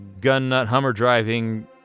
gun-nut-hummer-driving